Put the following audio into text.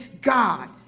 God